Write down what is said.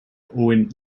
owen